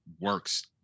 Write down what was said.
works